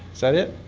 is that it?